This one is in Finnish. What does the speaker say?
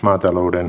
maatalouden